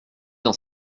dans